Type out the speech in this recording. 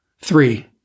Three